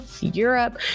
europe